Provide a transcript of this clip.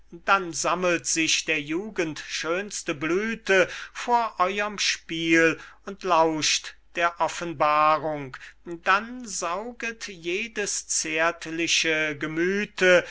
dann sammelt sich der jugend schönste blüte vor eurem spiel und lauscht der offenbarung dann sauget jedes zärtliche gemüthe